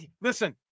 Listen